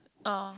ah